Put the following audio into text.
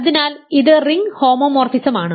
അതിനാൽ ഇത് റിംഗ് ഹോമോമോർഫിസമാണ്